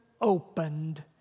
opened